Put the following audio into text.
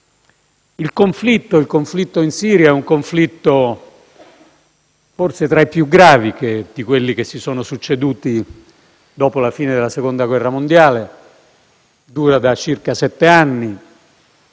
Il conflitto in Siria è forse tra i più gravi di quelli succedutisi dopo la fine della Seconda guerra mondiale. Dura da circa sette anni;